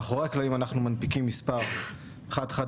מאחורי הקלעים אנחנו מנפיקים מספר חד-חד